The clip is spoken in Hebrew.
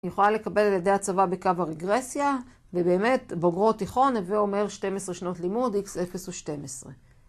היא יכולה לקבל על ידי הצבא בקו הרגרסיה ובאמת בוגרות תיכון הוה אומר 12 שנות לימוד X0 ו-12